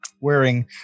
Wearing